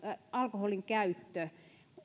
alkoholinkäyttö